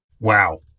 Wow